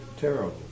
terrible